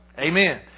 Amen